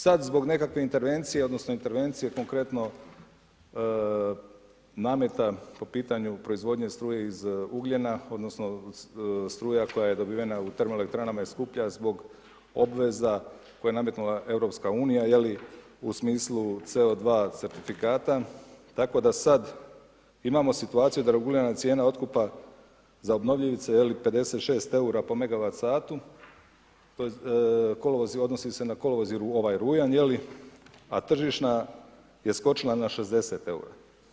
Sad zbog nekakve intervencije odnosno intervencije konkretno nameta po pitanju proizvodnje struje iz ugljena odnosno struja koja je dobivena u termoelektranama je skuplja zbog obveza koje je nametnula EU je li, u smislu CO2 certifikata tako da sad imamo situaciju da regulirane cijene otkupa za „obnovljivce“ 56 eura po megavat satu, odnosi se na kolovoz i rujan, a tržišna je skočila na 60 eura.